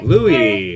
Louis